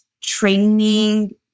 training